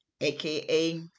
AKA